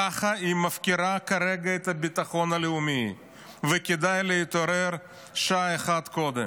ככה היא מפקירה כרגע את הביטחון הלאומי וכדאי להתעורר שעה אחת קודם.